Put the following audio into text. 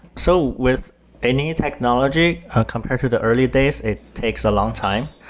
so with any technology compared to the early days, it takes a longtime.